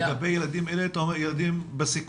אתה מתכוון לילדים בסיכון?